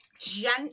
gent